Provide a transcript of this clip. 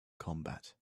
combat